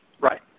Right